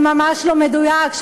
זה ממש לא מדויק.